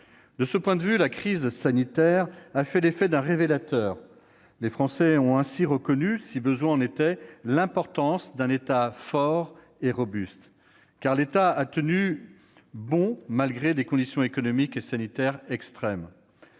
De ce point de vue, la crise sanitaire a fait l'effet d'un révélateur : les Français ont ainsi reconnu, si besoin en était, l'importance d'un État fort et robuste. De fait, l'État a tenu bon, malgré des conditions économiques et sanitaires extrêmes.